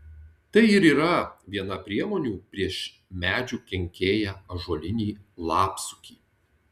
tai ir yra viena priemonių prieš medžių kenkėją ąžuolinį lapsukį